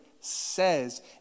says